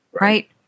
right